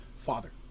father